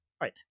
right